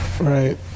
Right